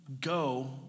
go